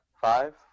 five